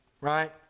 Right